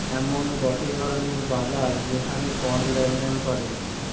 এমন গটে ধরণের বাজার যেখানে কন্ড লেনদেন করে